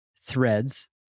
threads